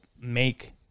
make